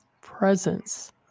presence